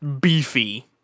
beefy